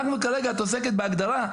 כרגע את עוסקת בהגדרה.